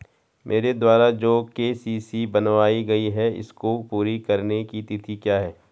मेरे द्वारा जो के.सी.सी बनवायी गयी है इसको पूरी करने की तिथि क्या है?